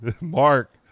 Mark